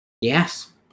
Yes